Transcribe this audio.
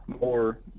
more